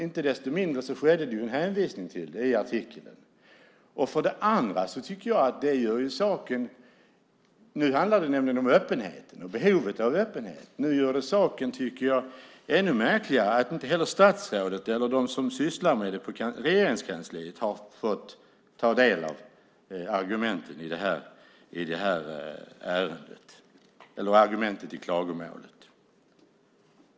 Inte desto mindre skedde en hänvisning till detta i artikeln. Nu handlar det om behovet av öppenhet. Nu gör det saken ännu märkligare att inte heller statsrådet eller de som sysslar med frågan på Regeringskansliet har fått ta del av argumenten i klagomålet.